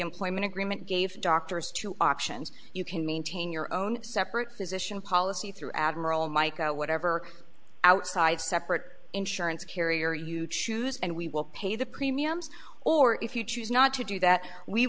employment agreement gave doctors two options you can maintain your own separate physician policy through admiral mike out whatever outside separate insurance carrier you choose and we will pay the premiums or if you choose not to do that we